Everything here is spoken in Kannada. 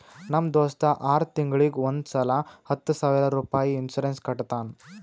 ನಮ್ ದೋಸ್ತ ಆರ್ ತಿಂಗೂಳಿಗ್ ಒಂದ್ ಸಲಾ ಹತ್ತ ಸಾವಿರ ರುಪಾಯಿ ಇನ್ಸೂರೆನ್ಸ್ ಕಟ್ಟತಾನ